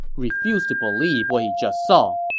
refused to believe what he just saw.